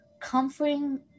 comforting